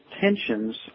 tensions